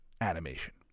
animation